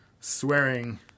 swearing